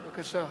בבקשה,